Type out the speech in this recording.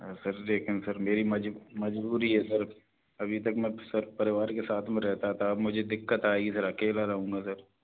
हाँ सर लेकिन सर मेरी मजबूरी है सर अभी तक मैं सर परिवार के साथ में रहता था अब मुझे दिक़्क़त आएगी सर अकेला रहूँगा सर